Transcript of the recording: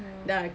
ya